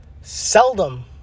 Seldom